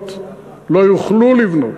לבנות לא יוכלו לבנות.